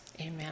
amen